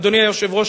אדוני היושב-ראש,